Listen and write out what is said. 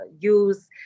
use